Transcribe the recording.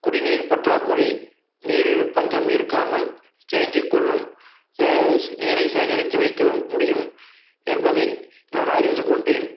குடிநீர் பற்றாக்குறை நீரின் பஞ்சம் இருக்காமல் தேங்கிக்கொள்ளும் சே நீரை சேகரித்து வைக்க முடியும் என்பதை நான் அறிந்துக்கொண்டேன்